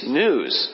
news